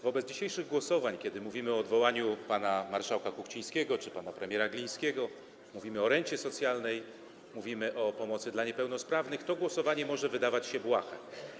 Wobec dzisiejszych głosowań, kiedy mówimy o odwołaniu pana marszałka Kuchcińskiego czy pana premiera Glińskiego, mówimy o rencie socjalnej, mówimy o pomocy dla niepełnosprawnych, to głosowanie może wydawać się błahe.